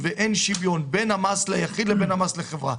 ואין שוויון בין המס ליחיד לבין המס לחברה.